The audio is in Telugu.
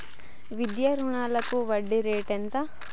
విద్యా రుణాలకు వడ్డీ రేటు ఎంత?